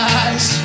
eyes